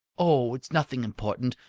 oh, it's nothing important.